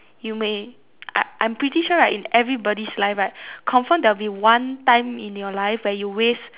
you may I I'm pretty sure right in everybody's life right confirm there will be one time in your life where you waste